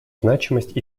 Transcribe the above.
значимость